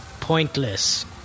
pointless